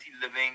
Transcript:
living